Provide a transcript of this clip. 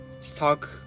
stock